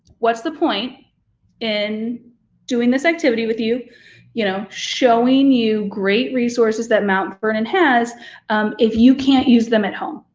what's the point in doing this activity with you you, know showing you great resources that mount vernon has if you can't use them at home,